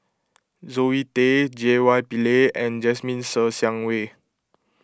Zoe Tay J Y Pillay and Jasmine Ser Xiang Wei